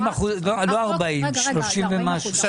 30% ומשהו.